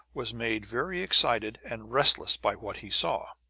was made very excited and restless by what he saw.